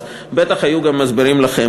אז בטח היו גם מסבירים לכם.